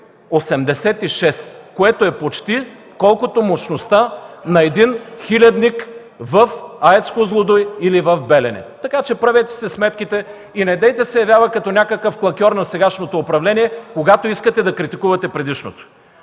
886, което е почти колкото мощността на един хилядник в АЕЦ „Козлодуй” или в „Белене”. Правете си сметките и недейте се явява като някакъв клакьор на сегашното управление, когато искате да критикувате предишното